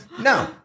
No